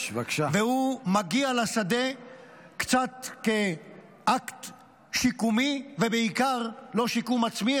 הוא מגיע לשדה קצת כאקט שיקומי ובעיקר לא לשיקום עצמי,